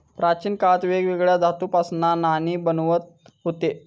प्राचीन काळात वेगवेगळ्या धातूंपासना नाणी बनवत हुते